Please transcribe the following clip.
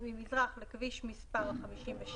לכביש מספר 58,